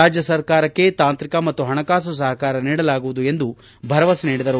ರಾಜ್ಯ ಸರ್ಕಾರಕ್ಕೆ ತಾಂತ್ರಿಕ ಮತ್ತು ಹಣಕಾಸು ಸಹಕಾರ ನೀಡಲಾಗುವುದು ಎಂದು ಭರವಸೆ ನೀಡಿದರು